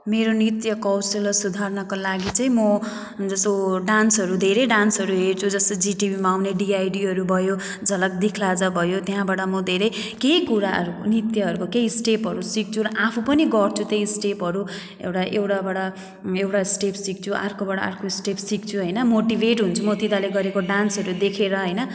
मेरो नृत्य कौशल सुधार्नको लागि चाहिँ म जस्तो डान्सहरू धेरै डान्सहरू हेर्छु जस्तो जी टिभीमा आउने डिआइडीहरू भयो झलक दिखलाजा भयो त्यहाँबाट म धेरै केही कुराहरूको नृत्यहरूको केही स्टेपहरू सिक्छु र आफू पनि गर्छु त्यही स्टेपहरू एउटा एउटाबाट एउटा स्टेप सिक्छु अर्कोबाट अर्को स्टेप सिक्छु होइन मोटिभेट हुन्छु म तिनीहरूले गरेको डान्सहरू देखेर होइन